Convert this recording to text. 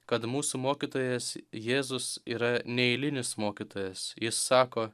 kad mūsų mokytojas jėzus yra neeilinis mokytojas jis sako